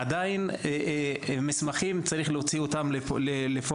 עדיין את המסמכים צריך להוציא לפועל.